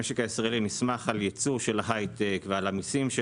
המשק הישראלי נסמך על הייצוא של ההייטק ועל המסים של